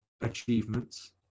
achievements